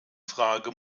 frage